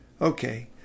Okay